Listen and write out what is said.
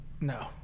No